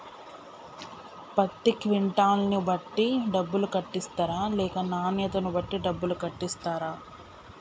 పత్తి క్వింటాల్ ను బట్టి డబ్బులు కట్టిస్తరా లేక నాణ్యతను బట్టి డబ్బులు కట్టిస్తారా?